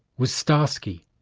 was starsky,